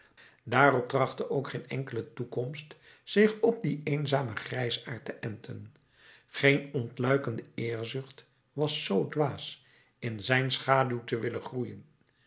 daarom trachtte ook geen enkele toekomst zich op dien eenzamen grijsaard te enten geen ontluikende eerzucht was zoo dwaas in zijn schaduw te willen groeien